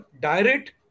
direct